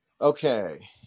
Okay